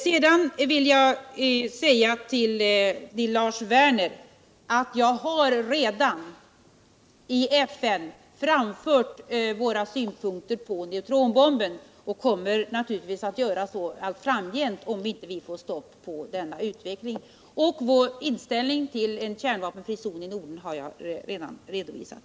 Sedan vill jag säga till Lars Werner att jag redan i FN framfört våra synpunkter på neutronbomben och att jag naturligtvis även allt framgent kommer att göra det, om vi inte får stopp på denna utveckling. Vår inställning till en kärnvapenfri zon i Norden har jag redan redovisat.